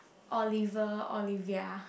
Oliver Olivia